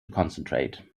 concentrate